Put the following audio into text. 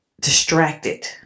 distracted